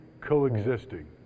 coexisting